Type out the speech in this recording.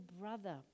brother